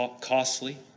costly